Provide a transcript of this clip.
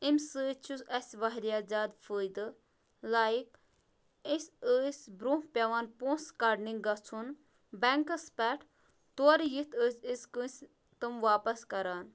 امہِ سۭتۍ چھُ اَسہِ واریاہ زیادٕ فٲیدٕ لایک أسۍ ٲسۍ برٛونٛہہ پٮ۪وان پونٛسہٕ کڑنہِ گژھُن بٮ۪نٛکَس پٮ۪ٹھ تورٕ یِتھ ٲسۍ أسۍ کٲنٛسہِ تِم واپس کران